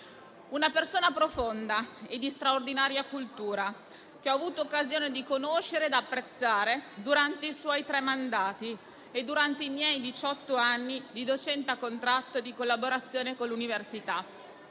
una persona profonda e di straordinaria cultura, che ho avuto occasione di conoscere ed apprezzare durante i suoi tre mandati e durante i miei diciott'anni di docenza a contratto e di collaborazione con l'università.